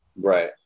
Right